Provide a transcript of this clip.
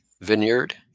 vineyard